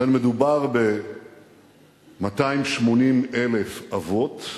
ובכן, מדובר ב-280,000 אבות,